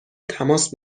تماس